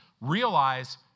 realize